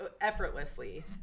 effortlessly